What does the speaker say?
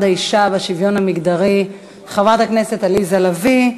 האישה והשוויון מגדרי חברת הכנסת עליזה לביא.